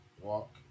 walk